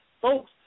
folks